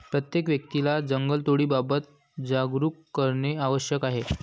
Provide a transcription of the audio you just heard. प्रत्येक व्यक्तीला जंगलतोडीबाबत जागरूक करणे आवश्यक आहे